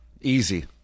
Easy